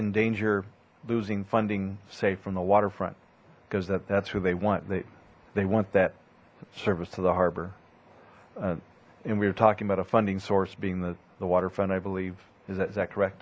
endanger losing funding say from the waterfront because that that's where they want they they want that service to the harbor and we were talking about a funding source being the the waterfront i believe is that is that correct